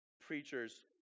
preachers